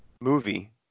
movie